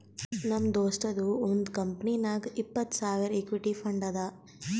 ನಮ್ ದೋಸ್ತದು ಒಂದ್ ಕಂಪನಿನಾಗ್ ಇಪ್ಪತ್ತ್ ಸಾವಿರ್ ಇಕ್ವಿಟಿ ಫಂಡ್ ಅದಾ